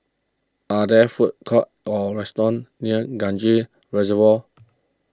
are there food courts or restaurants near Kranji Reservoir